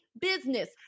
business